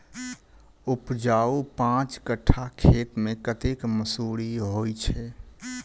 उपजाउ पांच कट्ठा खेत मे कतेक मसूरी होइ छै?